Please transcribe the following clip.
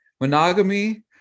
monogamy